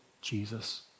Jesus